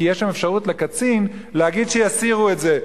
כי יש שם אפשרות לקצין להגיד שיסירו את זה.